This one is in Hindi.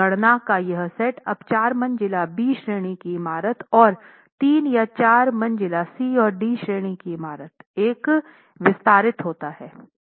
गणना का यह सेट अब 4 मंजिला बी श्रेणी की इमारत और 3 या 4 मंजिला सी और डी श्रेणी की इमारत तक विस्तारित होता है